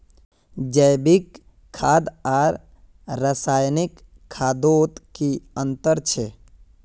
जैविक खाद आर रासायनिक खादोत की अंतर छे?